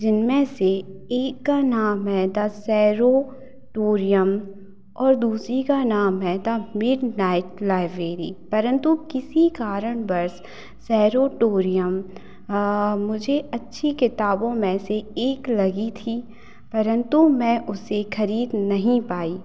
जिनमें से एक का नाम है द सैरो टूरयम और दूसरी का नाम है द मिडनाइट लाइवेरी परंतु किसी कारणवर्ष सैरो टूरयम मुझे अच्छी किताबों में से एक लगी थी परंतु मैं उसे ख़रीद नहीं पाई